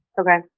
Okay